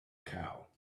cow